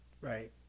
right